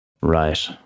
Right